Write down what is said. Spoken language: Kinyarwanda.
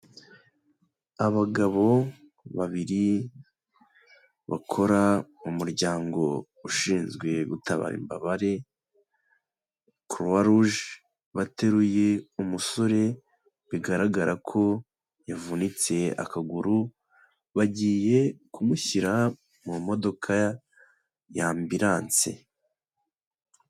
Abagabo babiri, bakora umuryango ushinzwe gutabara imbabare, croix rouge, bateruye umusore, bigaragara ko yavunitse akaguru, bagiye kumushyira mu modoka y'ambiranse.